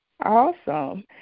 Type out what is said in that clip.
Awesome